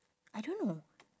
I don't know